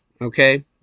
Okay